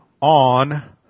on